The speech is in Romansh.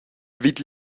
vid